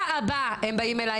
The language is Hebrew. בשבוע הבא הם באים אליי למתווה.